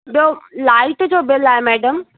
ॿियो लाईट जो बिल आहे मैडम